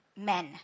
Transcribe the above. Men